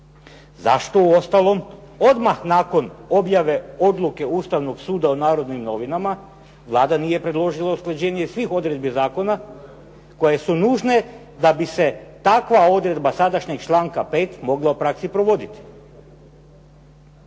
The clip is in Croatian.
Zašto uostalom odmah nakon objave odluke Ustavnog suda u Narodnim novinama, Vlada nije predložila usklađenje svih odredbi zakona koje su nužne da bi se takva odredba sadašnjeg članka 5. mogla u praksi provoditi.